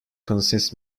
consists